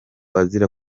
azira